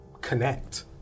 connect